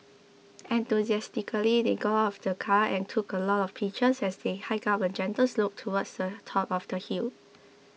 enthusiastically they got out of the car and took a lot of pictures as they hiked up a gentle slope towards the top of the hill